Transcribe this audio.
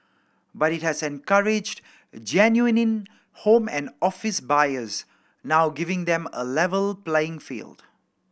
but it has encouraged genuine home and office buyers now giving them a level playing field